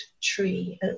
tree